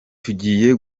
tugiye